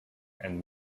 and